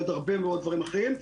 עוד הרבה דברים אחרים.